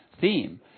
theme